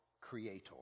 creator